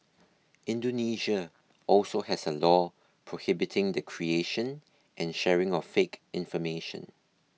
Indonesia also has a law prohibiting the creation and sharing of fake information